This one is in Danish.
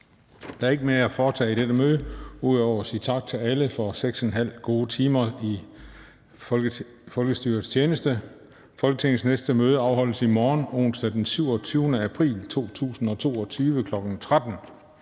Der er ikke mere at foretage i dette møde ud over at sige tak til alle for 6½ gode timer i folkestyrets tjeneste. Folketingets næste møde afholdes i morgen, onsdag den 27. april 2022, kl. 13.00.